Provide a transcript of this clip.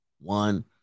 one